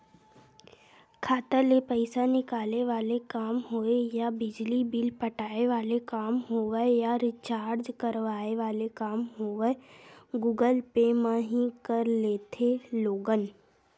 खाता ले पइसा निकाले वाले काम होय या बिजली बिल पटाय वाले काम होवय या रिचार्ज कराय वाले काम होवय गुगल पे म ही कर लेथे लोगन